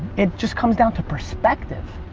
it just comes down to perspective.